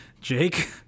Jake